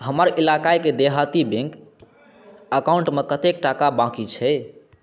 हमर इलाकाके देहाती बैंक अकाउन्टमे कतेक टाका बाँकी छै